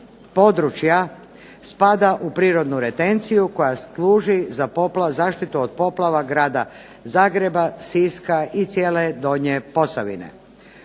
područja spada u prirodnu retenciju koja služi u zaštitu od poplava grada Zagreba, Siska i cijele donje Posavine.